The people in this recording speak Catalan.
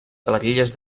galeries